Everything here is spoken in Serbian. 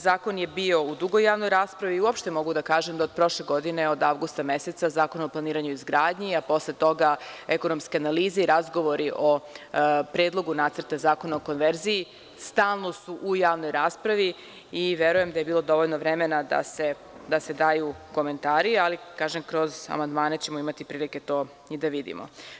Zakon je bio dugo u javnoj raspravi i uopšte mogu da kažem da od prošle godine, od avgusta meseca, Zakon o planiranju i izgradnji, a posle toga ekonomske analize i razgovori o Predlogu nacrta Zakona o konverziji, stalno su u javnoj raspravi i verujem da je bilo dovoljno vremena da se daju komentari, ali kroz amandmane ćemo imati prilike to i da vidimo.